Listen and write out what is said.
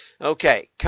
Okay